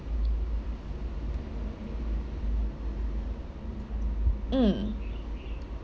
mm